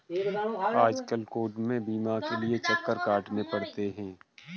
आजकल कोर्ट में बीमा के लिये चक्कर काटने पड़ते हैं